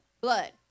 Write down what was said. blood